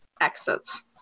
exits